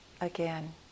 again